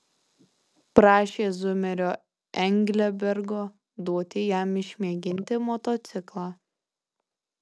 prašė zumerio englebergo duoti jam išmėginti motociklą